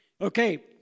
okay